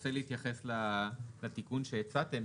רוצה להתייחס לתיקון שהצעתם.